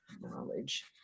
Knowledge